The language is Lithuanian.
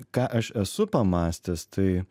ką aš esu pamąstęs tai